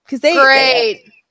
Great